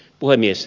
puhemies